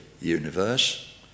universe